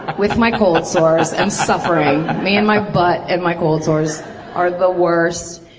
with my cold sores, i'm suffering. me and my butt and my cold sores are the worst.